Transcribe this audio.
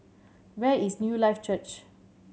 where is Newlife Church